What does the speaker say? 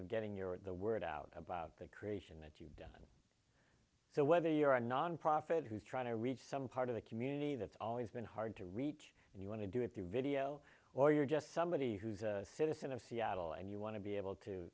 of getting your the word out about the creation and you so whether you're a nonprofit who's trying to reach some part of the community that's always been hard to reach and you want to do it your video or you're just somebody who's a citizen of seattle and you want to be able to